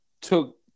took